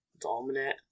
Dominant